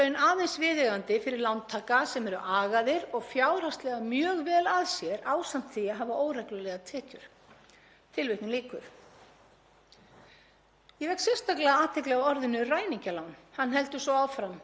Ég vek sérstaklega athygli á orðinu ræningjalán. Hann heldur svo áfram og skrifar: „Slík íbúðalán eru þannig flokkuð í Bandaríkjunum sem lán sem geri það ólíklegra en ella að lántakinn geti staðið undir kostnaði vegna þeirra